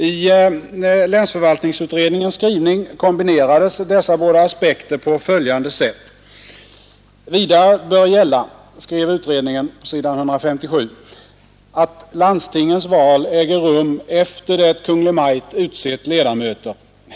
I länsförvaltningsutredningens skrivning kombinerades dessa båda aspekter på följande sätt: ”Vidare bör gälla”, skrev utredningen på s. 157, ”att landstingets val äger rum efter det Kungl. Maj:t utsett ledamöter.